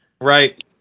Right